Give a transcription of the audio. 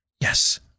Yes